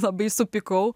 labai supykau